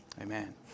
Amen